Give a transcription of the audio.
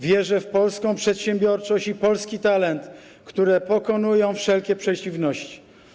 Wierzę w polską przedsiębiorczość i polski talent, które pokonują wszelkie przeciwności.